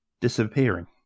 disappearing